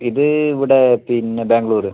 ഇത് ഇവിടെ പിന്നെ ബാംഗ്ലൂർ